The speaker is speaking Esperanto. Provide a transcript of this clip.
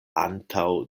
antaŭ